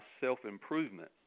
self-improvement